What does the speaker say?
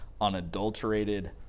unadulterated